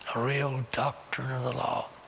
ah real doctor of the law.